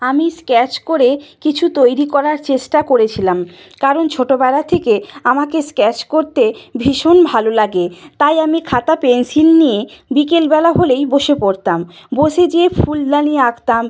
আমি স্কেচ করে কিছু তৈরি করার চেষ্টা করেছিলাম কারণ ছোটোবেলা থেকে আমাকে স্কেচ করতে ভীষণ ভালো লাগে তাই আমি খাতা পেনসিল নিয়ে বিকেলবেলা হলেই বসে পড়তাম বসে যেয়ে ফুলদানি আঁকতাম